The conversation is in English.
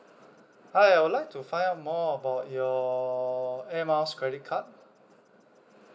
hi I would like to find out more about your airmiles credit card